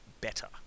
better